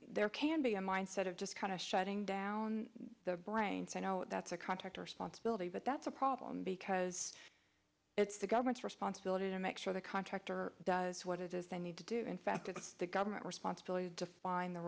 there can be a mindset of just kind of shutting down the brain that's a contractor sponsibility but that's a problem because it's the government's responsibility to make sure the contractor does what it is they need to do in fact it's the government responsibility to define the